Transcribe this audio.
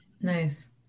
nice